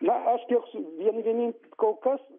na aš kiek vieni vienin kol kas